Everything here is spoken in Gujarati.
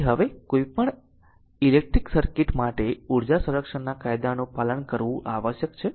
તેથી હવે કોઈપણ ઇલેક્ટ્રિક સર્કિટ માટે ઉર્જા સંરક્ષણના કાયદાનું પાલન કરવું આવશ્યક છે